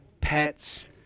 pets